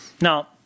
Now